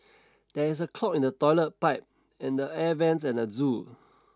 there is a clog in the toilet pipe and the air vents at the zoo